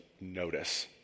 notice